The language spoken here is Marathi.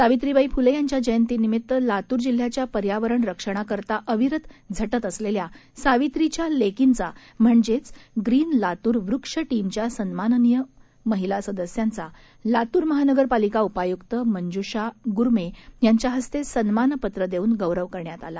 सावित्रीबाई फुले यांच्या जयंतीनिमित्ताने लातूर जिल्ह्याच्या पर्यावरण रक्षणाकरता अविरत झटत असलेल्या सावित्रीच्या लेकींचा म्हणजेच ग्रीन लातूर वृक्ष टीमच्या सन्माननीय महिला सदस्यांचा लातूर महानगर पालिका उपायूक्त मंजूषा गुरमे यांच्या इस्ते सन्मानपत्र देउन गौरव करण्यात आला